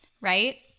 right